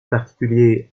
particulier